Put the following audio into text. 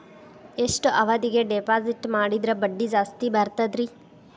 ಎಷ್ಟು ಅವಧಿಗೆ ಡಿಪಾಜಿಟ್ ಮಾಡಿದ್ರ ಬಡ್ಡಿ ಜಾಸ್ತಿ ಬರ್ತದ್ರಿ?